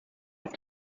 auf